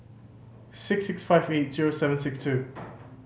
six six five eight zero seven six two